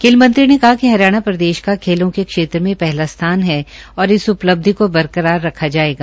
खेल मंत्री ने कहा कि हरियाणा प्रदेश का खेलो के क्षेत्र में पहला स्थान है और इस उपलब्धि को बरकरार रखा जायेगा